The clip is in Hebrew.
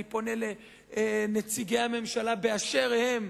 אני פונה לנציגי הממשלה באשר הם,